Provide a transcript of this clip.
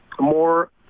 more